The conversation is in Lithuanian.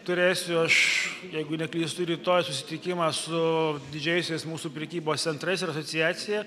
turėsiu aš jeigu neklystu rytoj susitikimą su didžiaisiais mūsų prekybos centrais ir asociacija